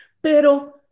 pero